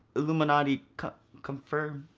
illuminati con-confirmed.